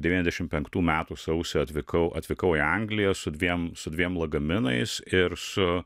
devyniasdešim penktų metų sausį atvykau atvykau į angliją su dviem su dviem lagaminais ir su